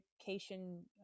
education